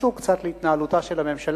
שקשור קצת להתנהלותה של הממשלה.